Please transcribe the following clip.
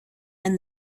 and